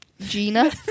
Gina